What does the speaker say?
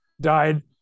died